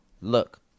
look